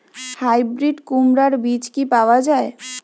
Hybrid কুমড়ার বীজ কি পাওয়া য়ায়?